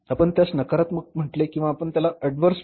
आपण त्यास नकारात्मक म्हटले किंवा आपण याला अॅडवर्स म्हणू